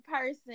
person